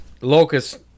Locust